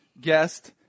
guest